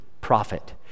prophet